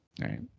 Right